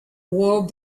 war